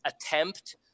attempt